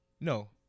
No